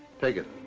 take it.